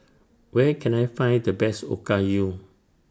Where Can I Find The Best Okayu